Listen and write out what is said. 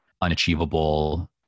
unachievable